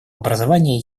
образование